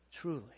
truly